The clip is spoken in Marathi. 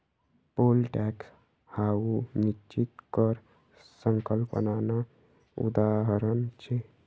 पोल टॅक्स हाऊ निश्चित कर संकल्पनानं उदाहरण शे